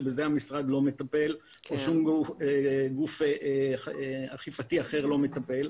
שבזה המשרד לא מטפל או שום גוף אכיפתי אחר לא מטפל.